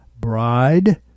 bride